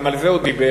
גם על זה הוא דיבר.